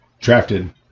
drafted